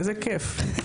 איזה כיף.